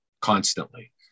constantly